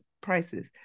prices